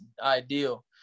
ideal